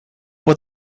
what